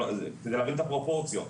כדי להבין את הפרופורציות,